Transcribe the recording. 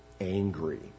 angry